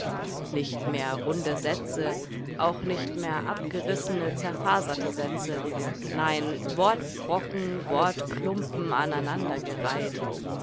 nicht mehr runde sätze auch nicht mehr abgerissene zerfaserte sätze nein wortbrocken wortklumpen aneinandergereiht